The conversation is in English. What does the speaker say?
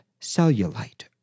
cellulite